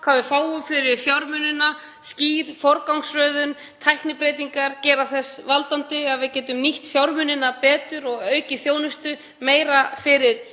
hvað við fáum fyrir fjármunina og skýr forgangsröðun. Tæknibreytingar eru þess valdandi að við getum nýtt fjármunina betur og aukið þjónustu meira fyrir